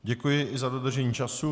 Děkuji i za dodržení času.